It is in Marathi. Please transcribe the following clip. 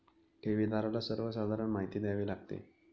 ठेवीदाराला सर्वसाधारण माहिती द्यावी लागते